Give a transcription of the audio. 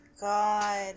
god